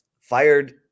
fired